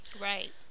Right